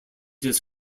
his